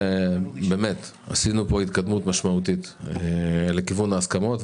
עשינו פה התקדמות משמעותית לכיוון ההסכמות,